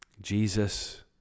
Jesus